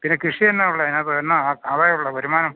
പിന്നെ കൃഷി എന്നാ ഉള്ളത് എന്നാ ആദായം ഉള്ളത് വരുമാനം